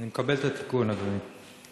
אני מקבל את התיקון, אדוני.